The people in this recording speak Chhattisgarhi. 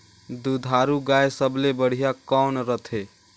दुधारू गाय सबले बढ़िया कौन रथे?